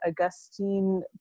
augustine